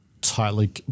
tightly